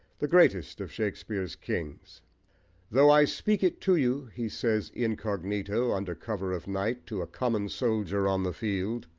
the greatest of shakespeare's kings though i speak it to you, he says incognito, under cover of night, to a common soldier on the field,